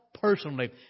personally